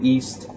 East